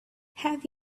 have